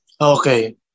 Okay